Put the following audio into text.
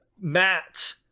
matt